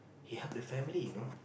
he help the family you know